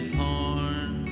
horn